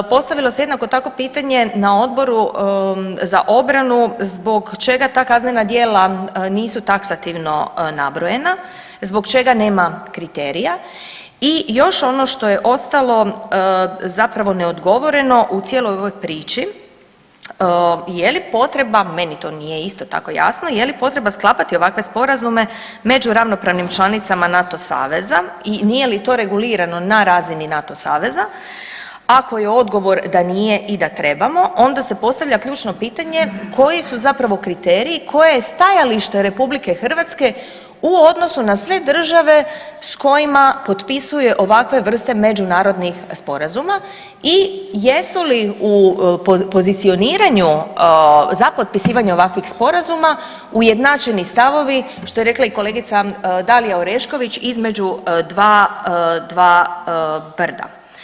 Postavilo se jednako tako pitanje na Odboru za obranu zbog čega ta kaznena djela nisu taksativno nabrojena, zbog čega nema kriterija, i još ono što je ostalo zapravo neodgovoreno u cijeloj ovoj priči, je li potreba, meni to isto tako nije jasno, je li potreba sklapati ovakve sporazume među ravnopravnim članicama NATO saveza, i nije li to regulirano na razini NATO saveza, ako je odgovor da nije i da trebamo, onda se postavlja ključno pitanje, koji su zapravo kriteriji, koje je stajalište Republike Hrvatske u odnosu na sve države s kojima potpisuje ovakve vrste međunarodnih sporazuma i jesu li u pozicioniranju za potpisivanje ovakvih sporazuma ujednačeni stavovi, što je rekla i kolegice Dalija Orešković između dva brda.